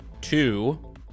two